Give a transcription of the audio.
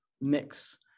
mix